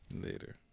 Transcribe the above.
Later